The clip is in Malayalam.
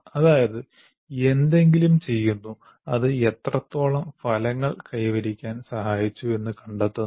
അതായത് എന്തെങ്കിലും ചെയ്തുന്നു അത് എത്രത്തോളം ഫലങ്ങൾ കൈവരിക്കാൻ സഹായിച്ചു എന്ന് കണ്ടെത്തുന്നു